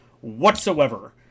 Whatsoever